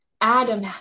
Adam